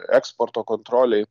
eksporto kontrolei